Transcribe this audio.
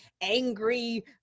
angry